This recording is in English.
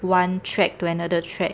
one track to another track